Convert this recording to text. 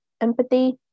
empathy